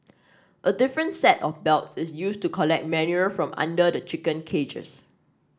a different set of belts is used to collect manure from under the chicken cages